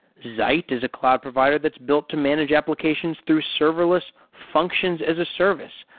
zeit is a cloud provider that's built to manage applications through serverless functions as a service,